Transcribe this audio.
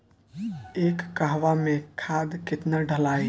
एक कहवा मे खाद केतना ढालाई?